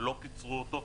ולא קיצרו אותו.